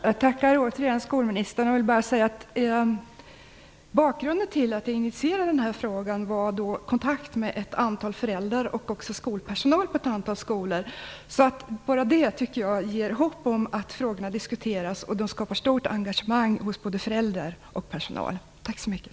Fru talman! Jag tackar återigen skolministern. Bakgrunden till att jag initierade den här frågan är att jag har haft kontakt med föräldrar och skolpersonal på ett antal skolor. Bara det tycker jag inger hopp om att frågorna diskuteras och skapar ett stort engagemang hos både föräldrar och personal. Tack så mycket!